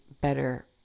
better